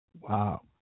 Wow